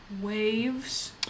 waves